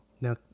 now